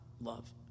love